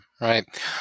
Right